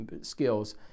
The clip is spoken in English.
skills